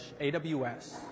AWS